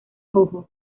jojo